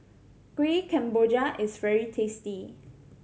Kueh Kemboja is very tasty